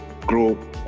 grow